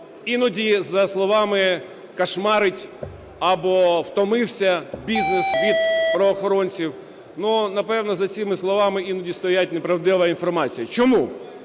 іноді за словами "кошмарить" або "втомився бізнес від правоохоронців", напевно, за цими словами іноді стоїть неправдива інформація. Чому?